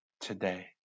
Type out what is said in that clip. today